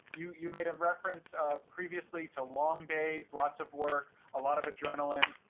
you you made a reference previously to long days, lots of work, a lot of adrenaline,